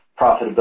profitability